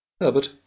Herbert